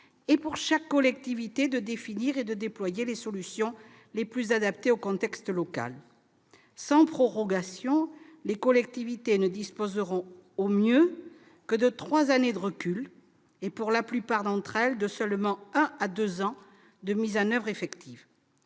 et pour que chaque collectivité puisse définir et déployer les solutions les plus adaptées au contexte local. Sans prorogation, les collectivités ne disposeront au mieux que de trois années de recul, et pour la plupart d'entre elles de seulement un à deux ans de mise en oeuvre effective.